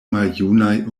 maljunaj